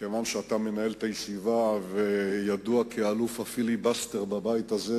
כיוון שאתה מנהל את הישיבה וידוע כאלוף הפיליבסטר בבית הזה,